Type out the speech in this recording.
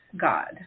God